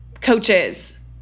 coaches